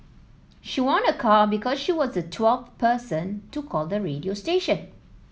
she won a car because she was the twelfth person to call the radio station